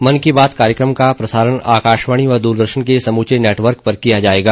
मन की बात कार्यक्रम का प्रसारण आकाशवाणी व दूरदर्शन के समूचे नेटवर्क पर किया जाएगा